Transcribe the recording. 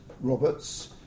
Roberts